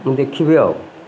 ମୁଁ ଦେଖିବି ଆଉ